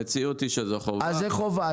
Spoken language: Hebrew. המציאות היא שזו חובה.